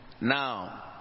now